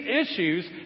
issues